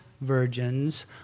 virgins